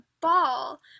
ball